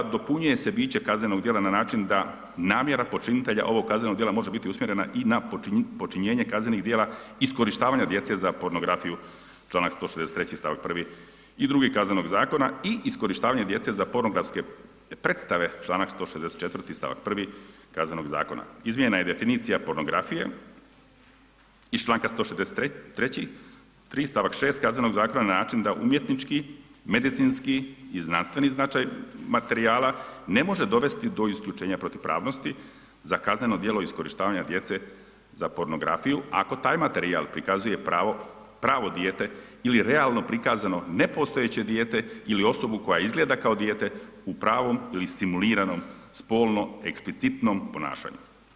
Dopunjuje se biće kaznenog djela na način namjera počinitelja ovog kaznenog djela može biti usmjerena i na počinjenje kaznenog djela iskorištavanja djece za pornografiju članak 163. stavak 1. i 2. KZ-a i iskorištavanje djece za pornografske predstave članak 164. stavak 1. KZ-a. izmjena je definicija pornografije iz članka 163. stavak 3. KZ-a na način da umjetnički, medicinski i znanstveni značaj materijala ne može dovesti do isključenja protupravnosti za kazneno djelo iskorištavanja djece za pornografiju ako taj materijal prikazuje pravo dijete ili realno prikazano nepostojeće dijete ili osobu koja izgleda kao dijete u pravom ili simuliranom spono eksplicitnom ponašanju.